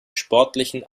sportlichen